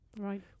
Right